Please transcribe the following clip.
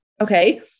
Okay